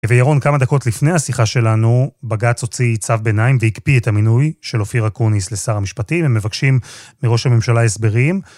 וירון, כמה דקות לפני השיחה שלנו, בג"צ הוציא צו ביניים והקפיא את המינוי של אופיר אקוניס לשר המשפטים. הם מבקשים מראש הממשלה הסברים.